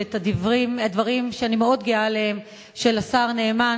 ואת הדברים שאני מאוד גאה עליהם של השר נאמן,